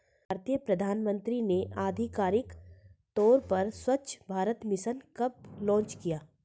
भारतीय प्रधानमंत्री ने आधिकारिक तौर पर स्वच्छ भारत मिशन कब लॉन्च किया?